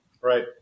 Right